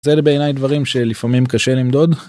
זה בעיניי דברים שלפעמים קשה למדוד.